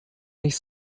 nicht